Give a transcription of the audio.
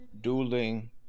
dueling